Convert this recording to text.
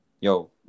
Yo